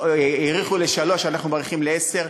האריכו לשלוש, אנחנו מאריכים לעשר,